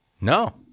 No